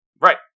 Right